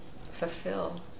fulfill